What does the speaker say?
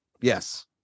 Yes